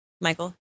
Michael